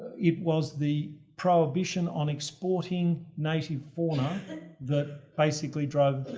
it was the prohibition on exporting native fauna that basically drove,